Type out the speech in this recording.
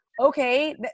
Okay